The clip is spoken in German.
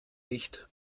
nicht